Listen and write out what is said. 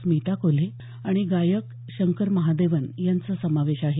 स्मिता कोल्हे आणि गायक शंकर महादेवन यांचा समावेश आहे